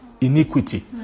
iniquity